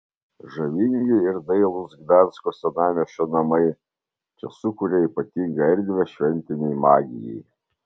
žavingi ir dailūs gdansko senamiesčio namai čia sukuria ypatingą erdvę šventinei magijai